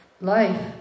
life